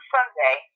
Sunday